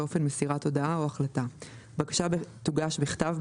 ואופן מסירת הודעה או החלטה 26ז1. (א)בקשה תוגש בכתב,